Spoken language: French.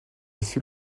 fut